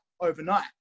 overnight